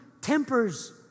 tempers